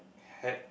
at